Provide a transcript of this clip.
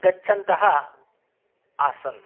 गच्छन्तः आसन्